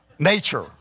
nature